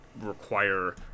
require